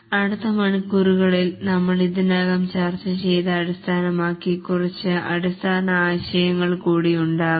അടുത്ത മണിക്കൂറുകളിൽ നമ്മൾ ഇതിനകം ചർച്ച ചെയ്ത് അടിസ്ഥാനമാക്കി കുറച്ച് അടിസ്ഥാന ആശയങ്ങളും കൂടി ഉണ്ടാകും